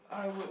yup